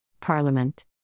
Parliament